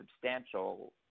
substantial